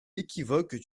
équivoque